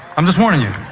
i'm just warning you.